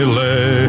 lay